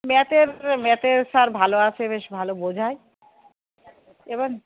ম্যাথের ম্যাথের স্যার ভালো আছে বেশ ভালো বোঝায় এবার